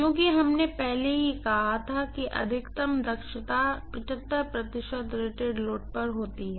क्योंकि हमने पहले ही कहा था कि अधिकतम दक्षता प्रतिशत रेटेड लोड पर होती है